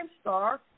Star